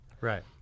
Right